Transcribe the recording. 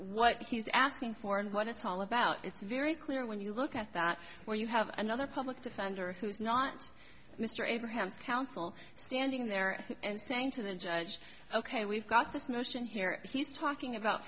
what he's asking for and what it's all about it's very clear when you look at that where you have another public defender who is not mr abraham's counsel standing there and saying to the judge ok we've got this motion here he's talking about